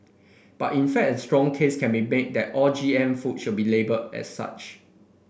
but in fact a strong case can be made that all G M food should be labelled as such